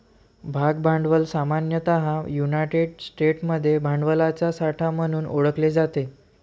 भाग भांडवल सामान्यतः युनायटेड स्टेट्समध्ये भांडवलाचा साठा म्हणून ओळखले जाते